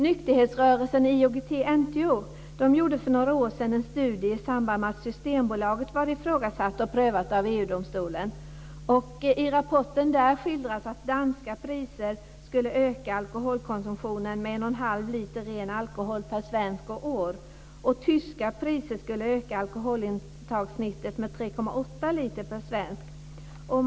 Nykterhetsrörelsen IOGT-NTO gjorde för några år sedan en studie i samband med att Systembolaget var ifrågasatt och prövat av EG-domstolen. I rapporten skildrades att danska priser skulle öka alkoholkonsumtionen med 1 1⁄2 liter ren alkohol per svensk och år. Tyska priser skulle öka alkoholintagssnittet med 3,8 liter per svensk.